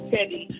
Teddy